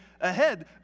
ahead